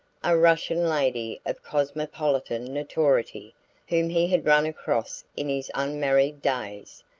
a russian lady of cosmopolitan notoriety whom he had run across in his unmarried days,